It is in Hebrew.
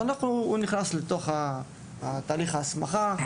ונכנס לתוך תהליך ההסמכה.